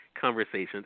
Conversations